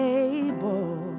able